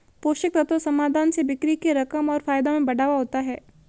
पोषक तत्व समाधान से बिक्री के रकम और फायदों में बढ़ावा होता है